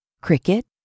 cricket